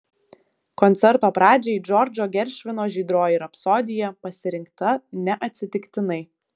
koncerto pradžiai džordžo geršvino žydroji rapsodija pasirinkta neatsitiktinai